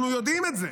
אנחנו יודעים את זה.